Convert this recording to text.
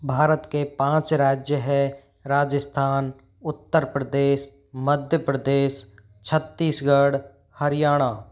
भारत के पाँच राज्य हैं राजस्थान उत्तर प्रदेश मध्य प्रदेश छत्तीसगढ़ हरियाणा